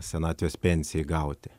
senatvės pensijai gauti